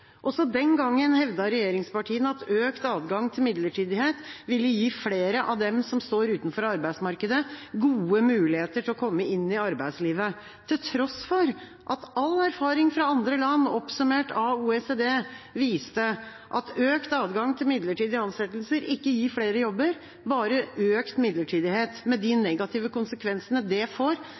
Også den gangen hevdet regjeringspartiene at økt adgang til midlertidighet ville gi flere av dem som står utenfor arbeidsmarkedet, gode muligheter til å komme inn i arbeidslivet, til tross for at all erfaring fra andre land, oppsummert av OECD, viste at økt adgang til midlertidige ansettelser ikke gir flere jobber, bare økt midlertidighet med de negative konsekvensene det får